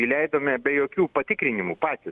įleidome be jokių patikrinimų patys